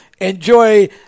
enjoy